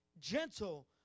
gentle